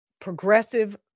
progressive